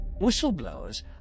Whistleblowers